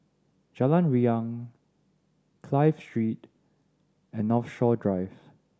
Jalan Riang Clive Street and Northshore Drive